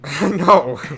No